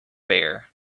bare